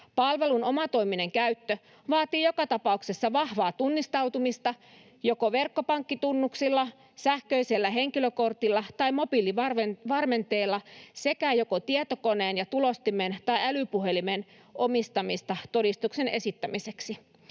Palvelun omatoiminen käyttö vaatii joka tapauksessa vahvaa tunnistautumista joko verkkopankkitunnuksilla, sähköisellä henkilökortilla tai mobiilivarmenteella sekä joko tietokoneen ja tulostimen tai älypuhelimen omistamista todistuksen esittämiseksi.